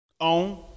Own